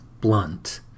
blunt